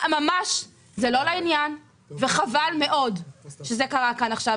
זה לא לעניין וחבל מאוד שזה קרה כאן עכשיו,